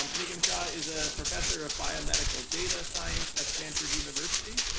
um nigam shah is a professor of biomedical data science at stanford university.